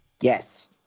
Yes